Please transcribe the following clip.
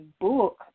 book